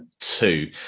two